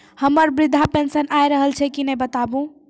हमर वृद्धा पेंशन आय रहल छै कि नैय बताबू?